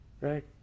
Right